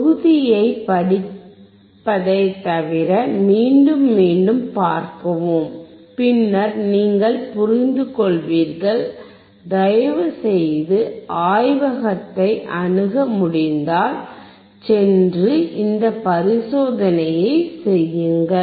தொகுதியைப் படிப்பதைத் தவிர மீண்டும் மீண்டும் பார்க்கவும் பின்னர் நீங்கள் புரிந்துகொள்வீர்கள் தயவுசெய்து ஆய்வகத்தை அணுக முடிந்தால் சென்று இந்த பரிசோதனையைச் செய்யுங்கள்